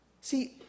See